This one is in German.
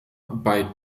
bei